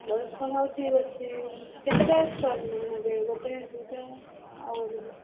ବଡ଼ ଷ୍ଟଲ୍ ହଉ ଠିକ୍ ଅଛି କେତେଟା ନେବେ ଗୋଟେ ଦୁଇଟା ଆଉ ଅଧିକ